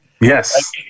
Yes